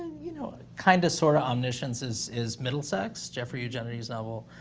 you know, kind of, sort of, omniscience is is middlesex, jeffrey eugenides's novel.